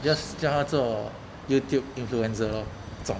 just 叫她做 YouTube influencer 终